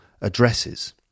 addresses